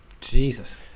Jesus